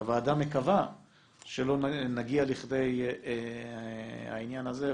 הועדה מקווה שלא נגיע לכדי העניין הזה,